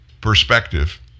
perspective